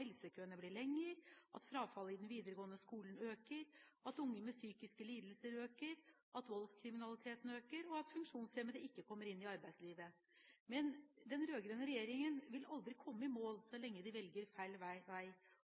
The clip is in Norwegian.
helsekøene blir lengre, at frafallet i den videregående skolen øker, at antall unge med psykiske lidelser øker, at voldskriminaliteten øker og at funksjonshemmede ikke kommer inn i arbeidslivet. Men den rød-grønne regjeringen vil aldri komme i mål så lenge de velger feil vei